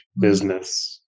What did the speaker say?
business